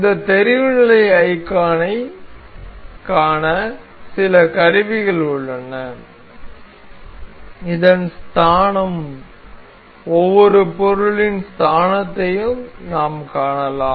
இந்த தெரிவுநிலை ஐகானைக் காண சில கருவிகள் உள்ளன இதன் ஸ்தானம் ஒவ்வொரு பொருளின் ஸ்தானத்தையும் நாம் காணலாம்